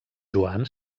joan